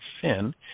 sin